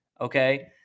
Okay